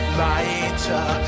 lighter